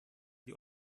die